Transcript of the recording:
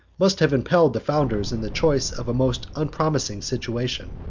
must have impelled the founders, in the choice of a most unpromising situation.